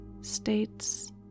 states